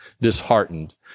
disheartened